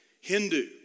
Hindu